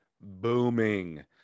booming